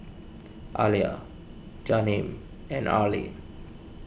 Alia Jaheim and Arlie